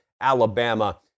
Alabama